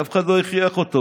אף אחד לא הכריח אותו.